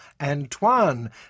Antoine